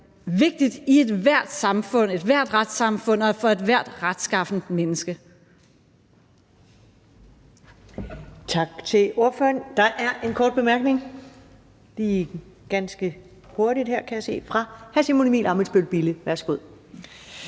vigtigt i ethvert samfund, ethvert retssamfund og for ethvert retskaffent menneske.